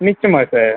நிச்சயமா சார்